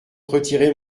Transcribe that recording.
retirer